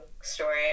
story